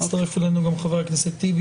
הצטרף אלינו גם חבר הכנסת טיבי,